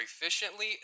efficiently